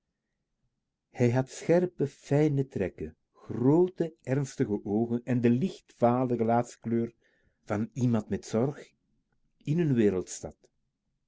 hij had scherpe fijne trekken groote ernstige oogen en de licht vale gelaatskleur van iemand met zorg in n wereldstad